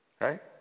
right